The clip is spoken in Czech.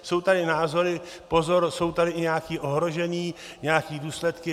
Jsou tady názory pozor, jsou tady i nějaká ohrožení, nějaké důsledky.